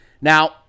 Now